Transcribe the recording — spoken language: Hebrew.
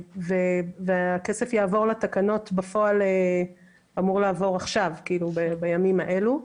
והכסף אמור לעבור לתקנות בפועל עכשיו בימים האלה.